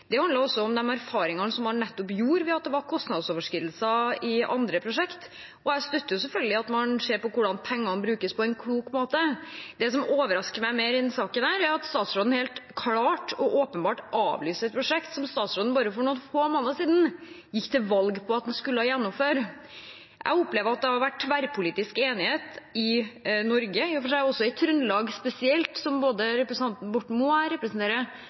nettopp om de erfaringene man gjorde med kostnadsoverskridelser i andre prosjekt. Jeg støtter selvfølgelig at man ser på hvordan pengene brukes på en klok måte. Det som overrasker meg mer i denne saken, er at statsråden helt klart og åpenbart avlyser et prosjekt som statsråden for bare noen få måneder siden gikk til valg på at man skulle gjennomføre. Jeg opplever at det har vært tverrpolitisk enighet i Norge i og for seg og i Trøndelag spesielt, som både Borten Moe og jeg representerer,